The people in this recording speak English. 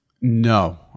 No